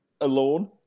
alone